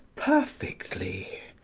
perfectly.